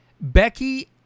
Becky